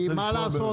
אני רוצה לשמוע.